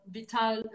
Vital